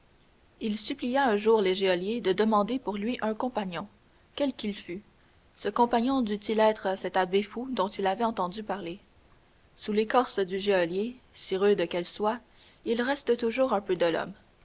il supplia un jour le geôlier de demander pour lui un compagnon quel qu'il fût ce compagnon dût-il être cet abbé fou dont il avait entendu parler sous l'écorce du geôlier si rude qu'elle soit il reste toujours un peu de l'homme